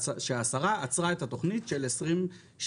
שהשרה עצרה את התוכנית שקבעה